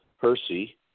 Percy